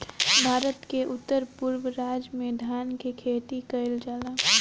भारत के उत्तर पूरब राज में धान के खेती कईल जाला